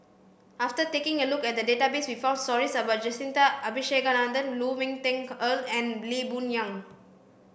after taking a look at the database we found stories about Jacintha Abisheganaden Lu Ming Teh Earl and Lee Boon Yang